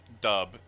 dub